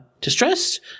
distressed